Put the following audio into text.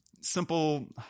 simple